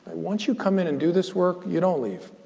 once you come in and do this work, you don't leave.